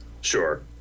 sure